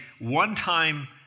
one-time